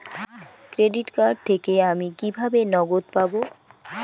Credit card থেকে আমি কিভাবে নগদ পাব?